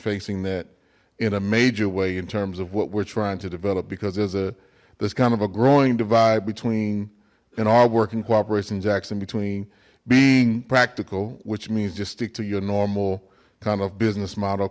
facing that in a major way in terms of what we're trying to develop because there's a there's kind of a growing divide between in our work and cooperation jackson between being practical which means just stick to your normal kind of business model